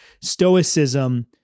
stoicism